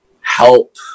help